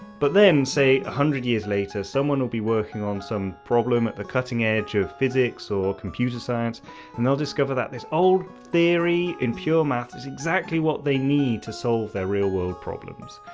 but then, say a hundred hears later, someone will be working on some problem at the cutting edge of physics or computer science and they'll discover that this old theory in pure maths is exactly what they need to solve their real world problems!